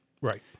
Right